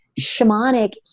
shamanic